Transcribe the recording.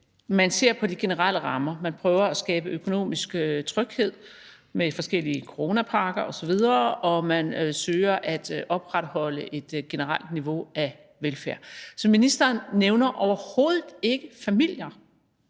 man ser på de generelle rammer; man prøver at skabe økonomisk tryghed med forskellige coronapakker osv., og man søger at opretholde et generelt niveau af velfærd. Så ministeren nævner overhovedet ikke familier.